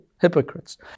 hypocrites